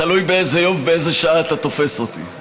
תלוי באיזה יום ובאיזו שעה אתה תופס אותי.